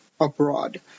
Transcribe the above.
abroad